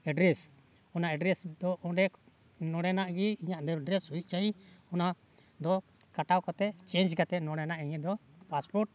address ᱚᱱᱟ address ᱫᱚ ᱚᱸᱰᱮ ᱱᱚᱰᱮᱱᱟᱜ ᱜᱮ ᱤᱧᱟᱹᱜ ᱫᱚ ᱮᱰᱨᱮᱥ ᱦᱩᱭᱩᱜ ᱪᱟᱹᱦᱤ ᱚᱱᱟ ᱫᱚ ᱠᱟᱴᱟᱣ ᱠᱟᱛᱮᱫ ᱪᱮᱧᱡᱽ ᱠᱟᱛᱮᱫ ᱱᱚᱰᱮᱱᱟᱜ ᱤᱧᱟᱹᱜ ᱫᱚ ᱯᱟᱥᱯᱳᱨᱴ